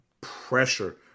pressure